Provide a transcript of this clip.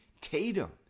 Tatum